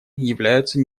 является